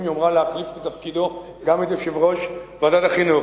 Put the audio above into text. יומרה להחליף בתפקידו גם את יושב-ראש ועדת החינוך.